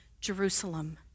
Jerusalem